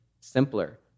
simpler